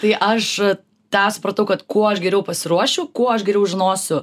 tai aš tą supratau kad kuo aš geriau pasiruošiu kuo aš geriau žinosiu